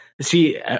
see